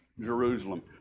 Jerusalem